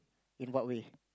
in what way